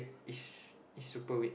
is is super weird